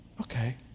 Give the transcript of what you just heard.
Okay